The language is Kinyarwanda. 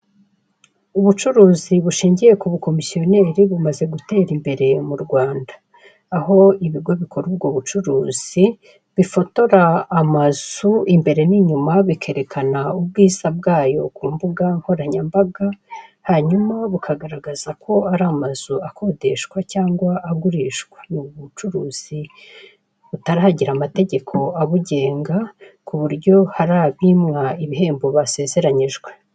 Ubucuruzi bushingiye ku bukomisiyoneri bumaze gutera imbere mu Rwanda, aho ibigo bikora ubwo bucuruzi bifotora amazu imbere n'inyuma bikerekana ubwiza bwayo ku mbuga nkoranyambaga, hanyuma bukagaragaza ko ari amazu akodeshwa cyangwa agurishwa, ni ubucuruzi butaragira amategeko abugenga ku buryo hari abimwa ibihembo basezeranyijwe.